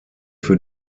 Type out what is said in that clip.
für